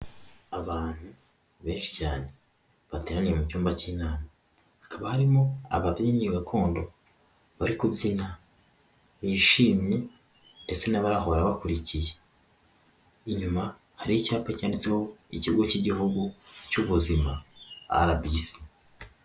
Abantu benshi cyane bateraniye mu cyumba cy'inama, hakaba harimo ababyinnyi gakondo bari kubyina bishimye ndetse n'abari aho barabakurikiye, inyuma hari icyapa cyanditseho ikigo cy'igihugu cy'ubuzima RBC.